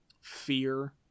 fear